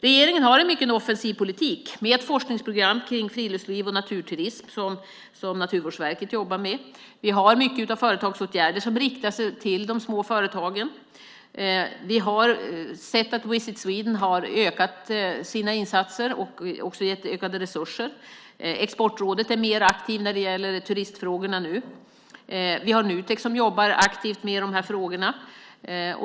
Regeringen har en mycket offensiv politik med ett forskningsprogram om friluftsliv och naturturism som Naturvårdsverket jobbar med. Vi har många företagsåtgärder som riktar sig till de små företagen. Vi har sett att Visit Sweden har ökat sina insatser och också gett ökade resurser. Exportrådet är nu mer aktivt när det gäller turistfrågorna. Nutek arbetar aktivt med dessa frågor.